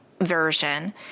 version